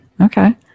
okay